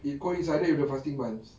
it coincided with the fasting month